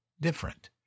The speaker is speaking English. different